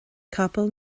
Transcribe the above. capall